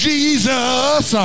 Jesus